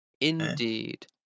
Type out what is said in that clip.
indeed